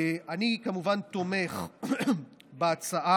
אני כמובן תומך בהצעה.